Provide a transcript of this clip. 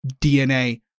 dna